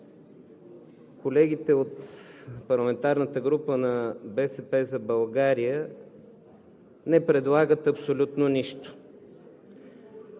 колегите от парламентарната група на „БСП за България“ не предлагат абсолютно нищо.